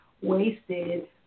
wasted